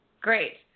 Great